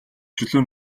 чөлөө